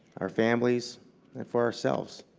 our families, and for ourselves.